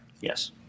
Yes